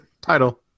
title